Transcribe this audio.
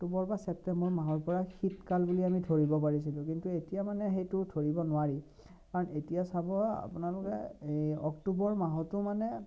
অক্টোবৰ বা চেপ্তেম্বৰ মাহৰ পৰা শীতকাল বুলি আমি ধৰিব পাৰিছিলোঁ কিন্তু এতিয়া মানে সেইটো ধৰিব নোৱাৰি কাৰণ এতিয়া চাব আপোনালোকে এই অক্টোবৰ মাহতো মানে